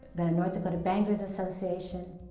the north dakota bankers association,